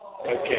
okay